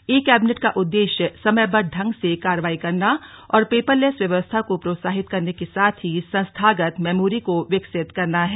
ई cabinet का उद्देश्य समयबद्ध ढंग से कार्रवाई करना और पेपरलेस व्यवस्था को प्रोत्साहित करने के साथ ही संस्थागत मेमोरी को विकसित करना है